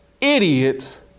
idiots